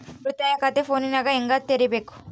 ಉಳಿತಾಯ ಖಾತೆ ಫೋನಿನಾಗ ಹೆಂಗ ತೆರಿಬೇಕು?